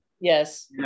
yes